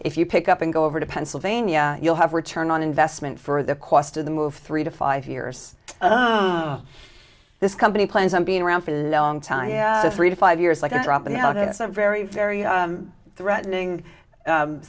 if you pick up and go over to pennsylvania you'll have return on investment for the cost of the move three to five years this company plans on being around for three to five years like dropping out it's a very very threatening